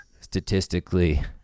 Statistically